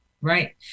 Right